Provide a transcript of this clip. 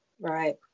Right